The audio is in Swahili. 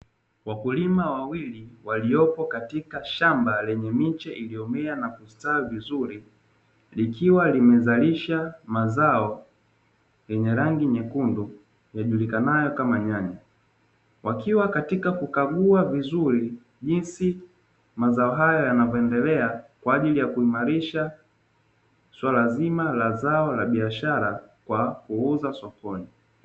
Wakulima wawili waliopo katika shamba lenye miche iliyomea na kustawi vizuri, likiwa limezalisha mazao yenye rangi nyekundu yajulikanayo kama nyanya. Wakiwa katika kukagua vizuri jinsi mazao hayo yanavyoendelea kwa ajili ya kuimarisha swala zima la zao la biashara kwa kuuza sokoni.